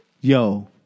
yo